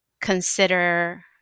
consider